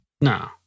No